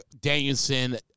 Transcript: Danielson